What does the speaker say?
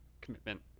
commitment